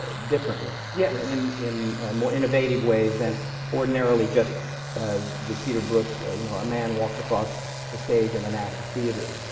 ah differently. yeah yes. in more innovative ways than ordinarily just ah the peter brook, you know, a man walks across a stage and an act of theatre